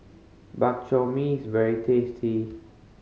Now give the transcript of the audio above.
Bak Chor Mee is very tasty